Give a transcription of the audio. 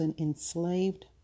enslaved